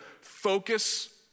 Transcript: focus